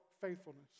faithfulness